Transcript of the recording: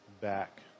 back